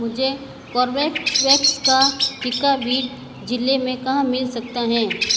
मुझे Corbevax का टीका वीड ज़िले में कहाँ मिल सकता है